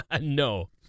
No